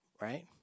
right